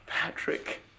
Patrick